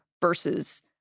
versus